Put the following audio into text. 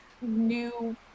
new